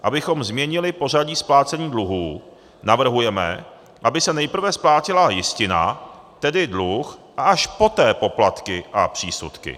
Abychom změnili pořadí splácení dluhů, navrhujeme, aby se nejprve splácela jistina, tedy dluh, a až poté poplatky a přísudky.